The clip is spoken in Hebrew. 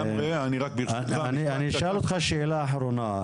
אני אשאל אותך שאלה אחורה,